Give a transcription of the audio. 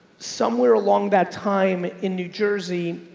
somewhere along that time in new jersey,